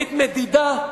תוכנית מדידה,